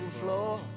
floor